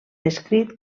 descrit